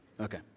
Okay